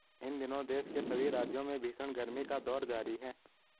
इन दिनों देश के सभी राज्यों में भीषण गर्मी का दौर जारी है